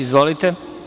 Izvolite.